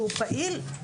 שהוא פעיל,